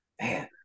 Man